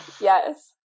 Yes